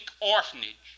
orphanage